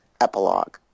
Epilogue